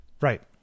Right